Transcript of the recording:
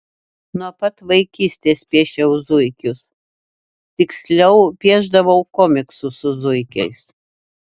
nuo pat vaikystės piešiau zuikius tiksliau piešdavau komiksus su zuikiais